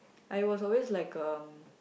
I was always like um